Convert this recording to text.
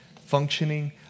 functioning